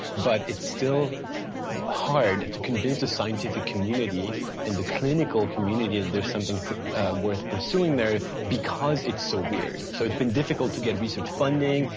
but it's still hard to convince the scientific community and the clinical community, there's something worth pursuing there because it's so weird. so it's been difficult to get research funding,